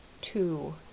two